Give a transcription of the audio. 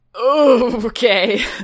Okay